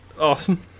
Awesome